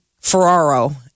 Ferraro